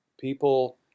People